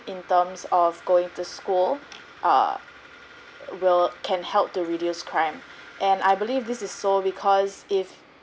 in terms of going to school err will can help to reduce crime and I believe this is so because if